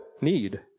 need